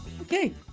okay